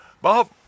Bob